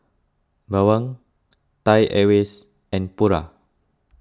Bawang Thai Airways and Pura